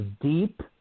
deep